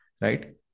right